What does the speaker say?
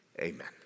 Amen